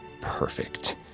perfect